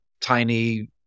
tiny